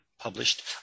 Published